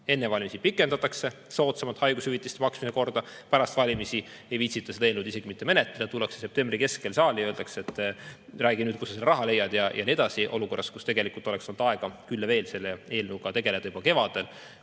Enne valimisi pikendatakse soodsamat haigushüvitiste maksmise korda, pärast valimisi ei viitsita seda eelnõu isegi mitte menetleda, tullakse septembri keskel saali, öeldakse, et räägi, kust sa selle raha leiad, ja nii edasi, olukorras, kus tegelikult oleks olnud aega küll ja veel selle eelnõuga tegeleda juba kevadel